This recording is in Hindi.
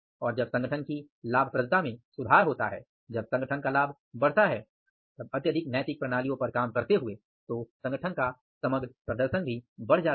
और जब संगठन की लाभप्रदता में सुधार होता है अत्यधिक नैतिक प्रणालियों पर काम करते हुए तो संगठन का समग्र प्रदर्शन बढ़ जाता है